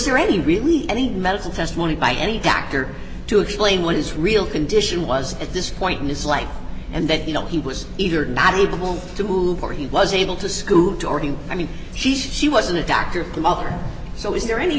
there any really any medical testimony by any doctor to explain what his real condition was at this point in his life and that you know he was either not able to move or he was able to scoot already i mean she she wasn't a doctor for the